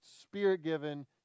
spirit-given